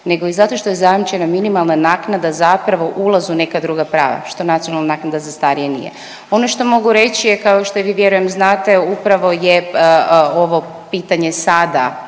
nego i zato što je zajamčena minimalna naknada zapravo ulaz u neka druga prava što nacionalna naknada za starije nije. Ono što mogu reći je kao što i vi vjerujem znate upravo je ovo pitanje sada